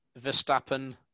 Verstappen